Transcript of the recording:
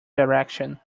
direction